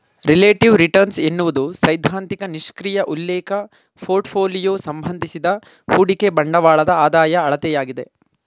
relative return ಎನ್ನುವುದು ಸೈದ್ಧಾಂತಿಕ ನಿಷ್ಕ್ರಿಯ ಉಲ್ಲೇಖ ಪೋರ್ಟ್ಫೋಲಿಯೋ ಸಂಬಂಧಿಸಿದ ಹೂಡಿಕೆ ಬಂಡವಾಳದ ಆದಾಯ ಅಳತೆಯಾಗಿದೆ